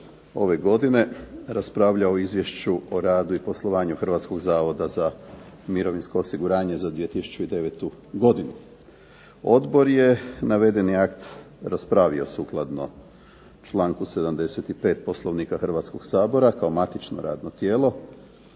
ove godine raspravljao o izvješću o radu i poslovanju Hrvatskog zavoda za mirovinsko osiguranje za 2009. godinu. Odbor je navedeni akt raspravio sukladno članku 75. Poslovnika Hrvatskog sabora kao matično radno tijelo.